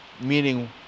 meaning